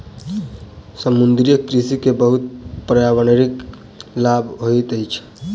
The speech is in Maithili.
समुद्रीय कृषि के बहुत पर्यावरणिक लाभ होइत अछि